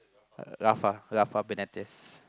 uh Laufa uh Laufa Benedis